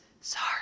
Sorry